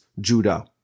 Judah